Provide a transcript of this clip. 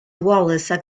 wallace